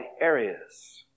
areas